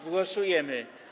Głosujemy.